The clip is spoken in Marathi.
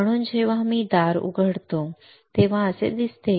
म्हणून जेव्हा मी दार उघडतो तेव्हा असे दिसते